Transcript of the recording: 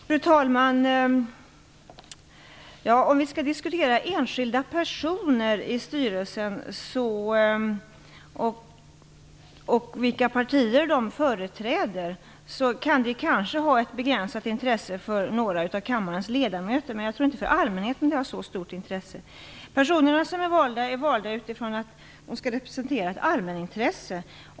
Fru talman! Om vi skall diskutera enskilda personer i styrelsen och vilka partier de företräder kan det kanske ha ett begränsat intresse för några av kammarens ledamöter, men jag tror inte att detta är av så stort intresse för allmänheten. De personer som är valda är valda med tanke på att de skall representera ett allmänintresse.